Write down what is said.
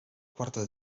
quarta